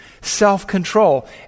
self-control